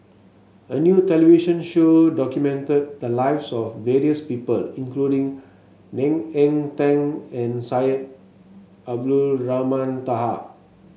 a new television show documented the lives of various people including Ng Eng Teng and Syed Abdulrahman Taha